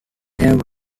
have